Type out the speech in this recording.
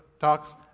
talks